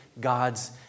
God's